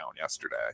yesterday